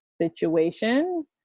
situation